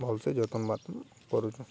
ଭଲସେ ଯତନ ବାତନ କରୁଛୁଁ